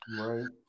Right